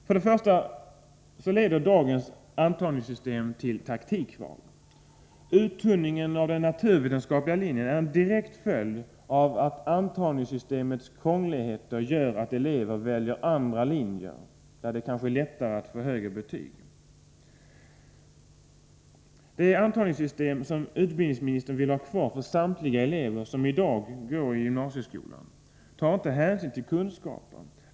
För det första leder dagens antagningssystem till taktikval. Uttunningen av den naturvetenskapliga linjen är en direkt följd av att antagningssystemet är krångligt. Av den anledningen väljer eleverna sådana utbildningslinjer där de lättare kan få högre betyg. Det antagningssystem som utbildningsministern vill ha kvar för samtliga elever som i dag går i gymnasieskolan tar inte hänsyn till kunskaperna.